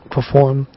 Perform